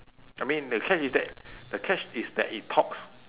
I mean the catch is that the catch is that it talks